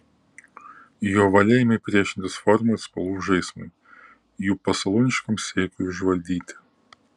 jo valia ėmė priešintis formų ir spalvų žaismui jų pasalūniškam siekiui užvaldyti